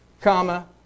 comma